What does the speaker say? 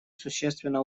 существенно